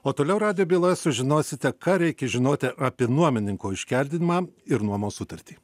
o toliau radio byloje sužinosite ką reikia žinoti apie nuomininko iškeldinimą ir nuomos sutartį